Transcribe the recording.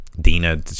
Dina